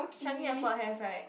Changi-Airport have right